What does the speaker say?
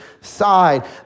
side